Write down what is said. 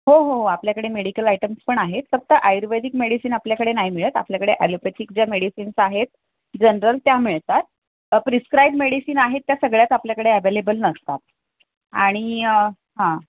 हो हो हो आपल्याकडे मेडिकल आयटम्स पण आहेत फक्त आयुर्वेदिक मेडिसिन आपल्याकडे नाही मिळत आपल्याकडे ॲलोपॅथिक ज्या मेडिसिन्स आहेत जनरल त्या मिळतात प्रिस्क्राइबड मेडिसिन आहेत त्या सगळ्याच आपल्याकडे ॲवेलेबल नसतात आणि हां